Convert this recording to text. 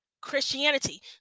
Christianity